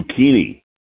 Zucchini